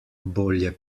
bolje